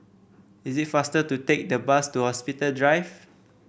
is it faster to take the bus to Hospital Drive